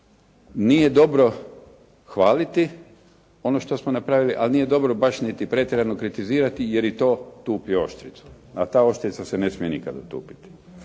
Nije dobro hvaliti ono što smo napraviti, a nije dobro baš niti pretjerano kritizirati jer i to tupi oštricu, a ta oštrica se ne smije nikada otupiti.